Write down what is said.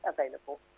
available